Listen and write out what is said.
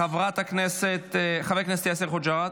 חבר הכנסת יאסר חוג'יראת,